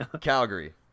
Calgary